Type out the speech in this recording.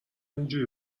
اینجوری